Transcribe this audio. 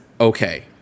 Okay